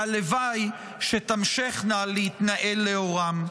והלוואי שתמשכנה להתנהל לאורם.